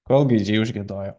kol gaidžiai užgiedojo